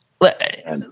Let